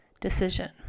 decision